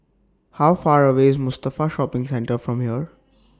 How Far away IS Mustafa Shopping Centre from here